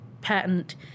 patent